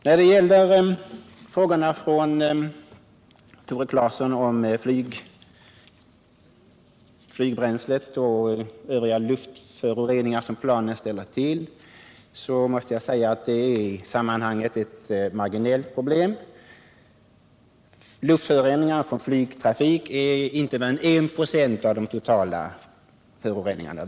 När det gäller frågorna från Tore Claeson om flygbränslet och de föroreningar som planen förorsakar är det i sammanhanget ett marginellt problem. Luftföroreningarna från flygtrafiken utgör inte mer än 1 96 av de totala luftföroreningarna.